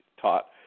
taught